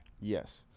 Yes